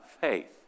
faith